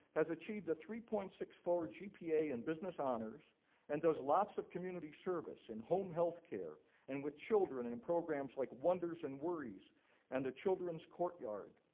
has achieved a three point six four gpa in business honors and does lots of community service in home healthcare and with children in programs like wonders and worries and the children's courtyard.